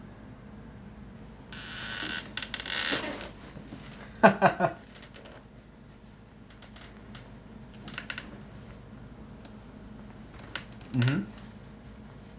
mmhmm